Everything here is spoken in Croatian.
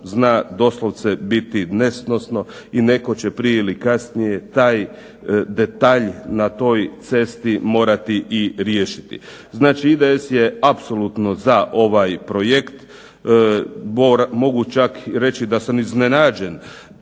zna doslovce biti nesnosno i netko će prije ili kasnije taj detalj na toj cesti morati i riješiti. Znači IDS je apsolutno za ovaj projekt. Mogu reći da sam čak i "iznenađen"